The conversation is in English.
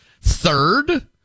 Third